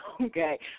okay